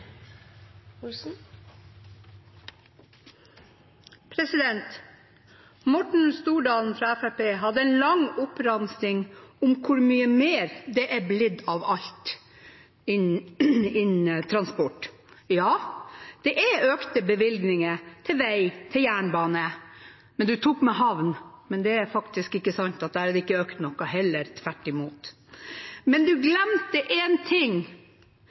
Olsen har hatt ordet to ganger tidligere og får ordet til en kort merknad, begrenset til 1 minutt. Morten Stordalen fra Fremskrittspartiet hadde en lang oppramsing av hvor mye mer det er blitt av alt innen transport. Ja, det er økte bevilgninger til vei og jernbane. Stordalen tok med havn, men det er faktisk ikke sant, der er det ikke økt noe, heller tvert imot. Men